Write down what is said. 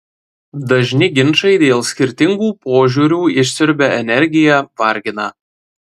dažni ginčai dėl skirtingų požiūrių išsiurbia energiją vargina